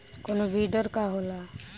कोनो बिडर का होला?